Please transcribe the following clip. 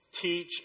teach